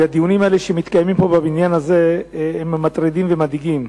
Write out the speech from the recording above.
והדיונים האלה שמתקיימים פה באולם הזה מטרידים ומדאיגים.